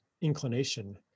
inclination